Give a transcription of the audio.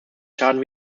schaden